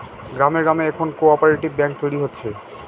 গ্রামে গ্রামে এখন কোঅপ্যারেটিভ ব্যাঙ্ক তৈরী হচ্ছে